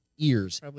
ears